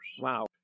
Wow